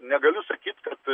negaliu sakyt kad